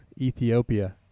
Ethiopia